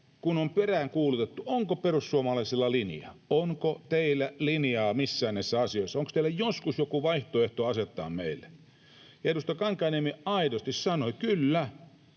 kun on peräänkuulutettu, onko perussuomalaisilla linja, onko teillä linjaa missään näissä asioissa, onko teillä joskus joku vaihtoehto asettaa meille, niin edustaja Kankaanniemi aidosti sanoi: kyllä,